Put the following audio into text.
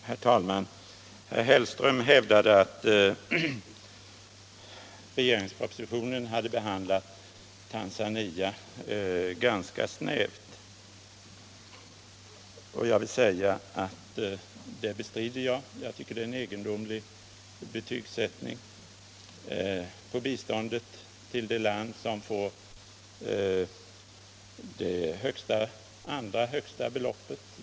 Herr talman! Herr Hellström hävdade att regeringspropositionen hade behandlat Tanzania ganska snävt. Jag bestrider det och tycker att det är en egendomlig betygsättning på biståndet till ett land som får det näst högsta beloppet bland alla mottagarländer.